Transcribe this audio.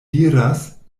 diras